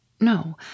No